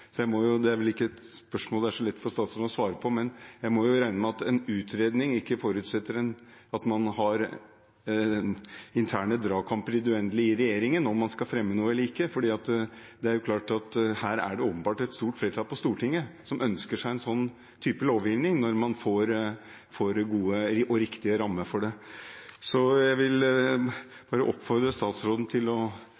Det er vel ikke et spørsmål det er så lett for statsråden å svare på, men jeg må jo regne med at en utredning ikke forutsetter at man i regjeringen har interne dragkamper i det uendelige om hvorvidt man skal fremme noe eller ikke, for det er åpenbart et stort flertall på Stortinget som ønsker seg en slik type lovgivning, når man får gode og riktige rammer for det. Så jeg vil